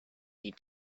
need